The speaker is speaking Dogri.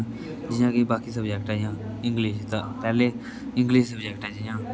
जियां के बाकी सब्जेक्ट ऐ जियां इंग्लिश तां पैह्ले इंग्लिश सब्जेक्ट ऐ जियां